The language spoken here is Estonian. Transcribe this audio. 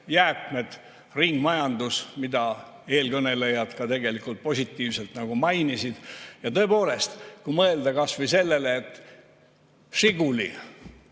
jäätmed, ringmajandus, mida eelkõnelejad ka tegelikult positiivselt mainisid. Ja tõepoolest, kui mõelda kas või sellele, et Žiguli